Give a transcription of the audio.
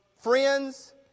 friends